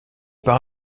part